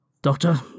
Doctor